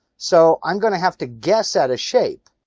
so i'm going to have to guess at a shape.